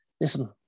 listen